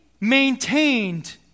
maintained